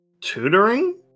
Tutoring